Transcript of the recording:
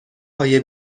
های